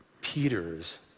Peter's